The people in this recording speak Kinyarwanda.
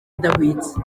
idahwitse